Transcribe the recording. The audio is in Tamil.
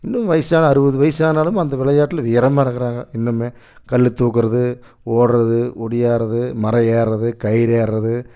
இன்னும் வயிசான அறுபது வயிசானாலும் அந்த விளையாட்டில் வீரமாக இருக்கறாங்க இன்னும்மே கல் தூக்கறது ஓட்டுறது ஓடியாறது மரம் ஏறுறது கயிறு ஏறுறது